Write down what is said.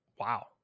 Wow